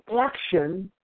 action